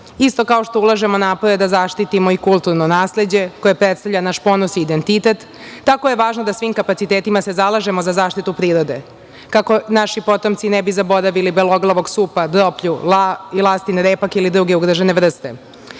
Isto kao što ulažemo napore da zaštitimo i kulturno nasleđe koje predstavlja naš ponos i identitet, tako je važno da svim kapacitetima se zalažemo za zaštitu prirode, kako naši potomci ne bi zaboravili beloglavo supa, droplju i lastin repak ili druge ugrožene vrste. Čvrsto